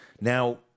Now